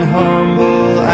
humble